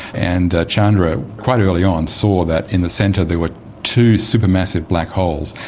and chandra quite early on saw that in the centre there were two supermassive black holes,